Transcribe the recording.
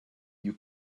you